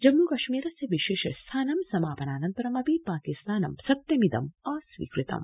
जम्मू कश्मीरस्य विशेष स्थानं समापनानन्तरमपि पाकिस्तानं सत्यमिदं अस्वीकृतम्